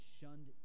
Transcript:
shunned